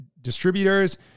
distributors